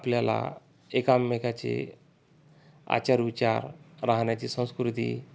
आपल्याला एकमेकाचे आचारविचार राहण्याची संस्कृती